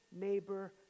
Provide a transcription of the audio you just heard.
neighbor